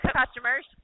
customers